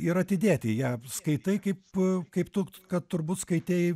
ir atidėti ją skaitai kaip tu kad turbūt skaitei